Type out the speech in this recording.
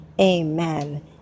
amen